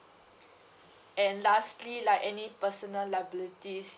and lastly like any personal liabilities